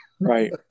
Right